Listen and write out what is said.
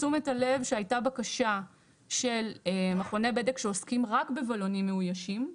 תשומת הלב שהייתה בקשה של מכוני בדק שעוסקים רק בבלונים מאוישים,